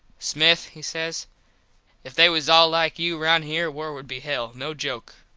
smith he says if they was all like you round here war would be hell, no joke.